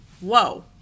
whoa